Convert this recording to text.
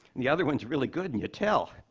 the other one is really good and you tell.